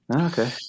okay